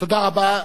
תודה רבה.